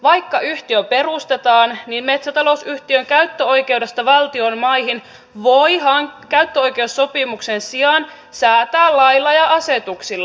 vaikka yhtiö perustetaan niin metsätalousyhtiön käyttöoikeudesta valtion maihin voi käyttöoikeussopimuksen sijaan säätää lailla ja asetuksilla